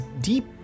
deep